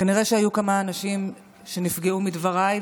כנראה שהיו כמה אנשים שנפגעו מדבריי,